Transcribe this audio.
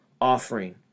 offering